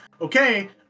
okay